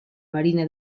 marina